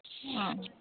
ꯑꯥ ꯑꯥ